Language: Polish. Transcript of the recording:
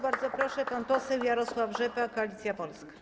Bardzo proszę, pan poseł Jarosław Rzepa, Koalicja Polska.